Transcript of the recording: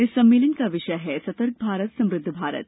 इस सम्मेलन का विषय है सतर्क भारत समुद्ध भारत